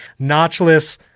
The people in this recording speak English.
notchless